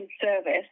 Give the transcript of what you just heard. service